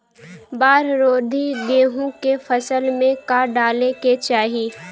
बाढ़ रोधी गेहूँ के फसल में का डाले के चाही?